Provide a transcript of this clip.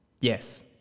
yes